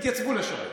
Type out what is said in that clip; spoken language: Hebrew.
התייצבו לשרת